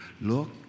look